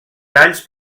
talls